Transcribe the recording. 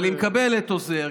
אבל היא מקבלת עוזר.